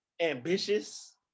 ambitious